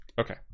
okay